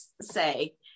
say